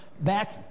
back